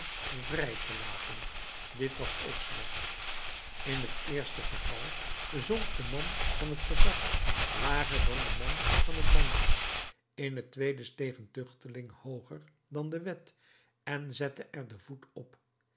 vrij te laten dit was ook slecht in het eerste geval zonk de man van het gezag lager dan de man van het bagno in het tweede steeg een tuchteling hooger dan de wet en zette er den voet op